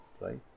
right